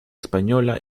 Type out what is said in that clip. española